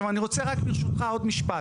ברשותך, אני רוצה לומר רק עוד משפט.